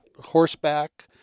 horseback